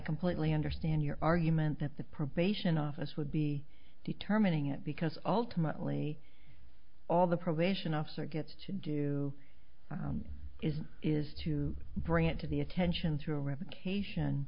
completely understand your argument that the probation office would be determining it because ultimately all the probation officer gets to do is is to bring it to the attention through a revocation